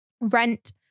rent